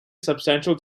substantial